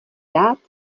dát